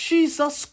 Jesus